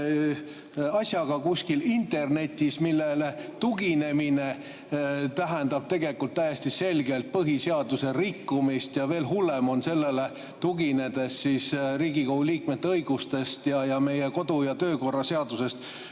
asjaga kuskil internetis, millele tuginemine tähendab tegelikult täiesti selgelt põhiseaduse rikkumist. Ja veel hullem on sellele tuginedes Riigikogu liikmete õigustest ja meie kodu- ja töökorra seadusest